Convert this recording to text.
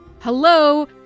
Hello